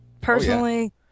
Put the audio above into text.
personally